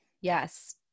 Yes